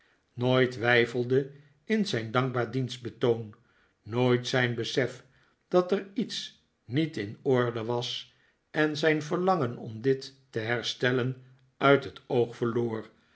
nooit weifelde in zijn dankbaar dienstbetoon nooit zijn besef dat er iets niet in orde was en zijn verlangen om dit te herstellen uit het oog verloor